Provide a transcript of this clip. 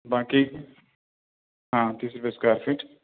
باقی ہاں تیس روپیہ اسکوائر فٹ